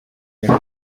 niko